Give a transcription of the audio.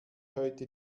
heute